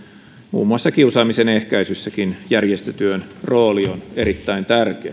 muun muassa kiusaamisen ehkäisyssäkin järjestötyön rooli on erittäin tärkeä